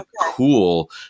cool